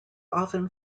often